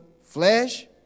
flesh